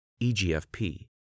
EGFP